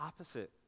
opposite